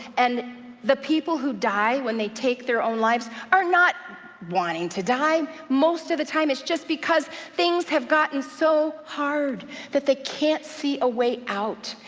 and the people who die when they take their own lives are not wanting to die most of the time it's just because things have gotten so hard that they can't see a way out.